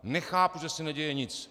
Nechápu, že se neděje nic.